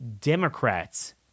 Democrats